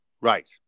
right